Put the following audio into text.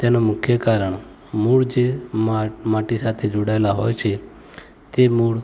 તેનું મુખ્ય કારણ મૂળ જે મા માટી સાથે જોડાયેલાં હોય છે તે મૂળ